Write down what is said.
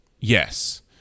yes